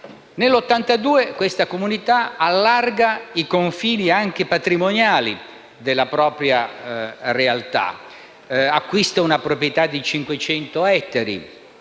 Nel 1982 questa comunità allarga i confini, anche patrimoniali, della propria realtà. Acquista una proprietà di 500 ettari